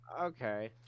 Okay